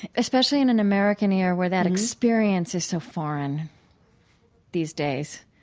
especially in an american ear where that experience is so foreign these days,